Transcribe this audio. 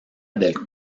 del